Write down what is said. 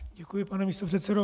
Děkuji, pane místopředsedo.